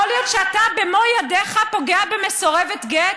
יכול להיות שאתה במו ידיך פוגע במסורבת גט,